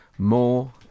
More